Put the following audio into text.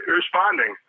responding